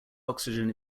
oxygen